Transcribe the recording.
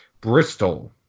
Bristol